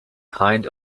kind